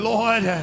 Lord